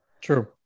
True